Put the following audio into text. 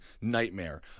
nightmare